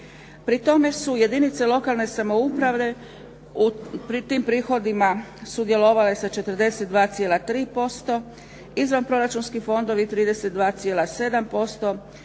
Pri tome su jedinice lokalne samouprave, pri tim prihodima sudjelovale sa 42,3%, izvanproračunski fondovi 32,7%,